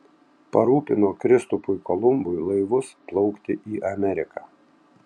parūpino kristupui kolumbui laivus plaukti į ameriką